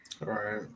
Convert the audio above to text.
Right